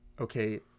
Okay